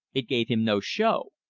it gave him no show.